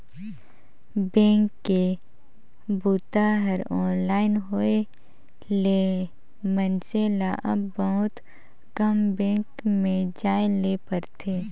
bank के बूता हर ऑनलाइन होए ले मइनसे ल अब बहुत कम बेंक में जाए ले परथे